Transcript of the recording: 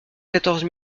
quatorze